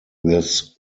this